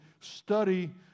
study